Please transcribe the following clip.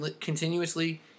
continuously –